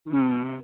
बिलकुल बिलकुल